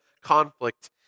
conflict